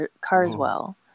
Carswell